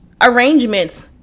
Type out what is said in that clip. arrangements